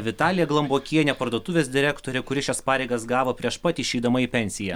vitalija glambokienė parduotuvės direktorė kuri šias pareigas gavo prieš pat išeidama į pensiją